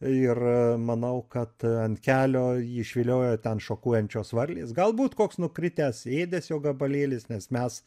ir manau kad ant kelio jį išviliojo ten šokuojančios varlės galbūt koks nukritęs ėdesio gabalėlis nes mes